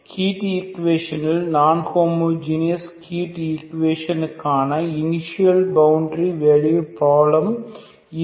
heat ஈக்குவேஷனில் நான் homogeneous heat ஈக்குவேஷனுக்கான இனிஷியல் பவுண்டரி வேல்யூ பிராப்ளம் இது